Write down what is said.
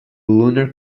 lunar